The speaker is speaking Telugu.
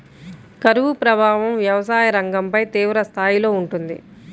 కరువు ప్రభావం వ్యవసాయ రంగంపై తీవ్రస్థాయిలో ఉంటుంది